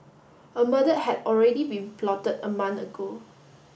a murder had already been plotted a month ago